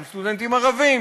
גם לסטודנטים ערבים,